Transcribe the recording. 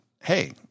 hey